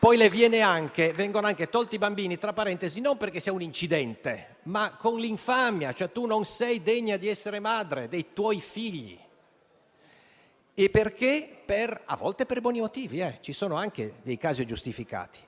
E perché? A volte per buoni motivi - ci sono anche dei casi giustificati - ma a volte no. È chiaro che è un po' come l'analisi sui tamponi: più ne fai e più è facile che ci siano dei casi positivi. Lo stesso accade